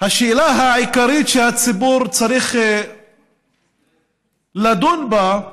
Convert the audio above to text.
השאלה העיקרית שהציבור צריך לדון בה: